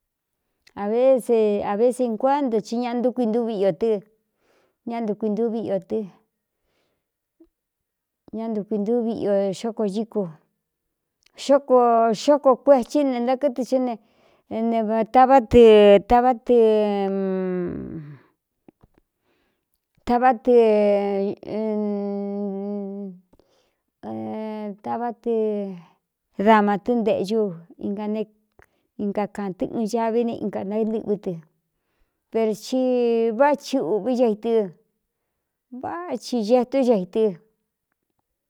A vee a vesenguánto ci ña ntukui ntúvi i ō tɨ ñá ntkuintúví iō tɨ ñá ntukuintúvi io xóko ñíku xkoxóko kuethí ne ntákɨtɨ chɨ netavá tɨ tavá tɨtavá ɨtavá tɨ dama tɨ́ntēꞌñu ingakān tɨ́ ɨɨn ñaví ne inganaí ntɨꞌvɨ́ tɨ per ci váꞌa chi ūꞌví ca i tɨ váꞌ chi getún ca i tɨ.